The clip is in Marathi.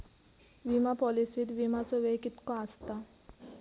विमा पॉलिसीत विमाचो वेळ कीतको आसता?